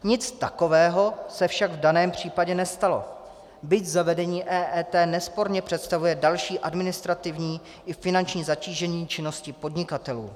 Nic takového se však v daném případě nestalo, byť zavedení EET nesporně představuje další administrativní i finanční zatížení činnosti podnikatelů.